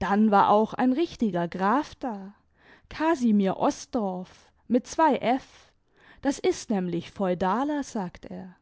dann war auch ein richtiger graf da casimir osdorff mit zwei f das ist nämlich feudaler sagt er